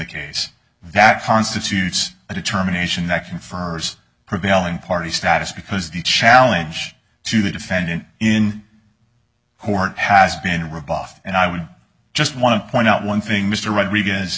case that constitutes a determination that confers prevailing party status because the challenge to the defendant in court has been rebuffed and i would just want to point out one thing mr rodriguez